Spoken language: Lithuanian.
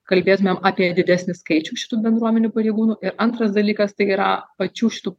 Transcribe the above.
kalbėtumėm apie didesnį skaičių šitų bendruomenių pareigūnų ir antras dalykas tai yra pačių šitų